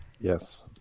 Yes